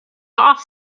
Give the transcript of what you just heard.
off